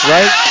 Right